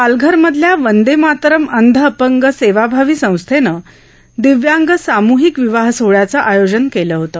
पालघर मधल्या वंदे मातरम अंध अपंग सेवाभावी संस्थेनं दिव्यांग सामूहिक विवाह सोहळ्याचं आयोजन केलं होतं